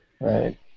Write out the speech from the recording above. right